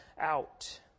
out